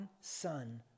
Son